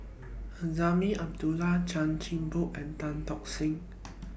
Azman Abdullah Chan Chin Bock and Tan Tock Seng